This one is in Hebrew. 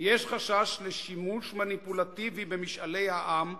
"יש חשש לשימוש מניפולטיבי במשאלי העם,